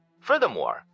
Furthermore